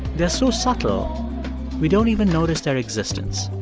they're so subtle we don't even notice their existence.